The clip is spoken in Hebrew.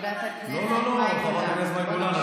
אתה לא יכול להתעלם.